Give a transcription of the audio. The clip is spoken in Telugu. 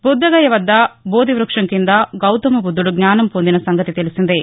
బుద్ద గయ వద్ద బోది వృక్షం కింద గౌతమ బుద్దుడు జ్ఞానం పొందిన సంగతి తెలిసిందే